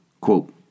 Quote